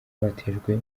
batejwe